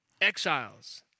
exiles